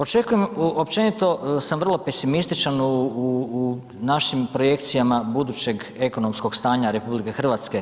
Očekujem, općenito sam vrlo pesimističan u, u, u našim projekcijama budućeg ekonomskog stanja RH.